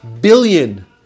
billion